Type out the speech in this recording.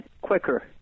quicker